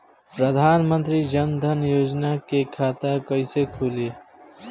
प्रधान मंत्री जनधन योजना के खाता कैसे खुली?